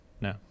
No